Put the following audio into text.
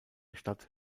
stadt